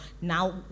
Now